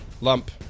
Lump